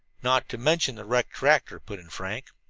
not to mention the wrecked tractor, put in frank.